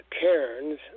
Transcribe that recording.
cairns